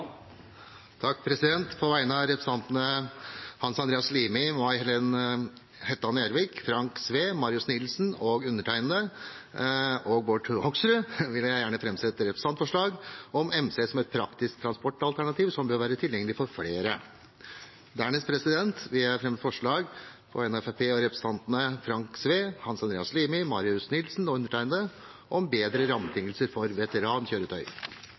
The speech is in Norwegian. På vegne av representantene Hans Andreas Limi, May Helen Hetland Ervik, Frank Edvard Sve, Marius Aron Nilsen, Bård Hoksrud og meg selv vil jeg gjerne fremsette et representantforslag om MC som et praktisk transportalternativ som bør være tilgjengelig for flere. Dernest vil jeg fremme forslag på vegne av Fremskrittspartiet og representantene Frank Edvard Sve, Hans Andreas Limi, Marius Aron Nilsen og meg selv om bedre rammebetingelser for veterankjøretøy.